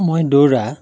মই দৌৰা